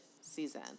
season